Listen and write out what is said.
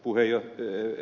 lähinnä ed